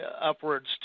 upwards